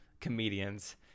comedians